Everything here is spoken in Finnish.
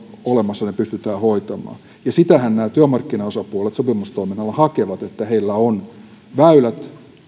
olemassa ne pystytään hoitamaan sitähän nämä työmarkkinaosapuolet sopimustoiminnalla hakevat että heillä on väylät